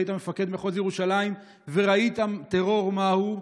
היית מפקד מחוז ירושלים וראית טרור מהו,